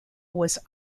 was